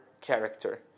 character